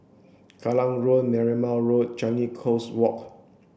Kallang Road Marymount Road and Changi Coast Walk